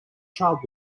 child